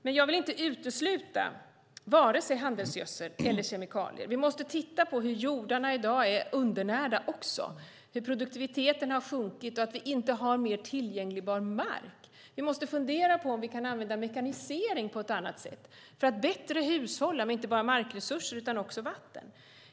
Jag vill dock inte utesluta vare sig handelsgödsel eller kemikalier. Vi måste också titta på hur jordarna i dag är undernärda, hur produktiviteten har sjunkit och att vi inte har mer tillgänglig odlingsbar mark. Vi måste fundera på om vi kan använda mekanisering på ett annat sätt för att bättre hushålla med inte bara markresurser utan också vatten.